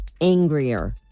angrier